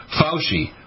Fauci